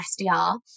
SDR